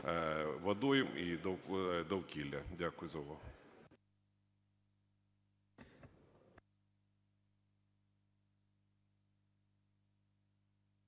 водойм і довкілля. Дякую за увагу.